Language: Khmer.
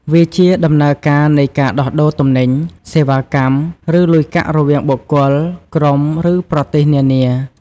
វាជា ដំណើរការនៃការដោះដូរទំនិញ សេវាកម្ម ឬលុយកាក់រវាងបុគ្គល ក្រុម ឬប្រទេសនានា។